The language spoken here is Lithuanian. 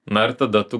na ir tada tu